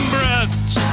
Breasts